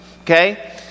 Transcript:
Okay